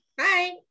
Hi